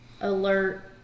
alert